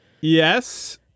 Yes